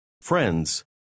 Friends